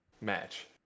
match